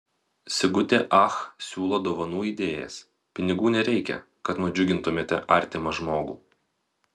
sigutė ach siūlo dovanų idėjas pinigų nereikia kad nudžiugintumėte artimą žmogų